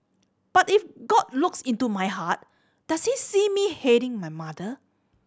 but if God looks into my heart does he see me hating my mother